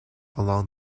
along